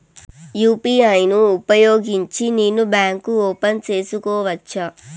UPI ను ఉపయోగించి నేను బ్యాంకు ఓపెన్ సేసుకోవచ్చా?